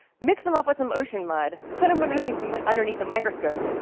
mix them up with some ocean mud, put them underneath underneath a microscope,